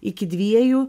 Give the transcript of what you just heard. iki dviejų